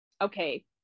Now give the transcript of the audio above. okay